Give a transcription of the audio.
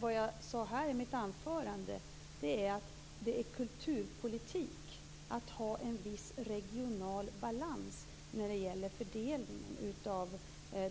Vad jag sade i mitt anförande är att det är kulturpolitik att ha en viss regional balans i fördelningen av